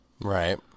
Right